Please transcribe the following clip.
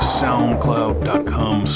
soundcloud.com